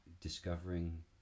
discovering